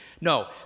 No